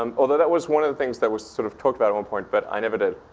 um although that was one of the things that was sort of talked about at one point, but i never did.